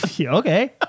Okay